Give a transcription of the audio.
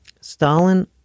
Stalin